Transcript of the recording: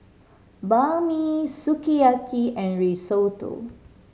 Banh Mi Sukiyaki and Risotto